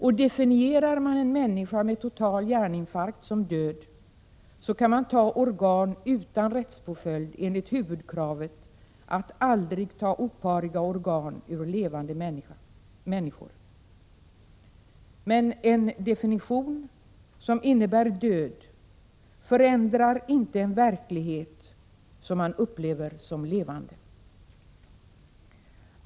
Och definierar man en människa med total hjärninfarkt som död, kan man ta organ utan rättspåföljd enligt huvudkravet att ”aldrig ta opariga organ ur levande människor”. Men en definition som innebär död förändrar inte en verklighet som man upplever som levande.